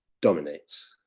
dominates.